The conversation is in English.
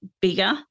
bigger